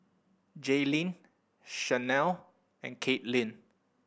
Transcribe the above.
Jayleen Chanelle and Katelynn